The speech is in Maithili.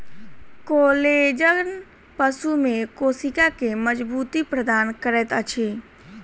कोलेजन पशु में कोशिका के मज़बूती प्रदान करैत अछि